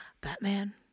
Batman